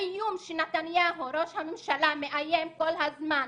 האיום שנתניהו ראש הממשלה מאיים כל הזמן,